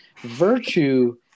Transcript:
Virtue